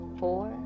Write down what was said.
four